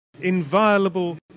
inviolable